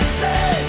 say